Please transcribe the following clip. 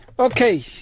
Okay